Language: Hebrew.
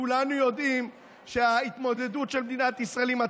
כולנו יודעים שההתמודדות של מדינת ישראל עם הטרור,